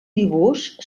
dibuix